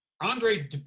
Andre